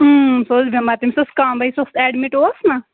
سُہ اوس بٮ۪مار تٔمِس ٲس کامبَے سُہ اوس اٮ۪ڈمِٹ اوس نا